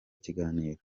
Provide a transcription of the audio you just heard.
ikiganiro